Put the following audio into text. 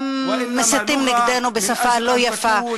הם מסיתים נגדנו בשפה לא יפה.